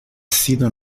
sido